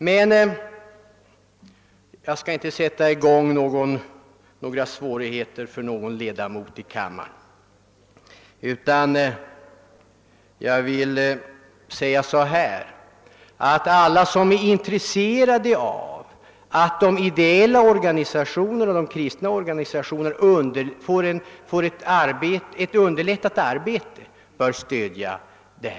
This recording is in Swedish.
Eftersom jag inte vill skapa några svårigheter för någon ledamot här i kammaren, låt mig säga så här: alla som är intresserade av att kristna och ideella organisationer skall få sitt arbete underlättat, stöd utredningsyrkandet.